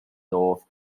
north